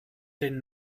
den